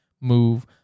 move